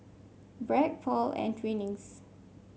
Bragg Paul and Twinings